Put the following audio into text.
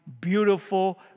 beautiful